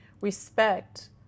respect